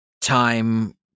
time